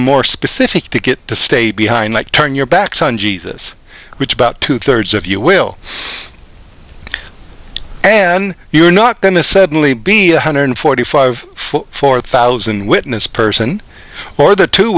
more specific to get to stay behind like turn your backs on jesus which about two thirds of you will and you're not going to suddenly be one hundred forty five foot four thousand witness person or the two